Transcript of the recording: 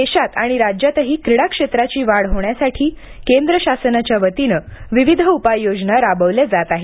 देशात आणि राज्यातही क्रिडा क्षेत्राची वाढ होण्यासाठी केंद्र शासनाच्यावतीने विविध उपाययोजना राबवल्या जात आहेत